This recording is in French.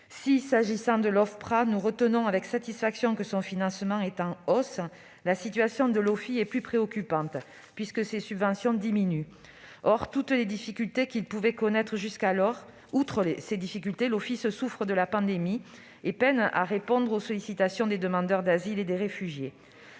Si, s'agissant de l'Ofpra, nous observons avec satisfaction que son financement est en hausse, la situation de l'OFII est plus préoccupante, puisque ses subventions diminuent. Or, outre les difficultés qu'il pouvait connaître jusqu'alors, l'Office souffre de la pandémie et peine à répondre aux sollicitations des demandeurs d'asile et des réfugiés.